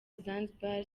zanzibar